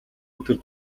өдөр